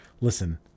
listen